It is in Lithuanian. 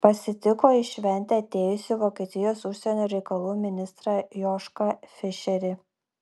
pasitiko į šventę atėjusį vokietijos užsienio reikalų ministrą jošką fišerį